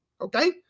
Okay